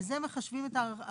על זה מחשבים את ההפרשות.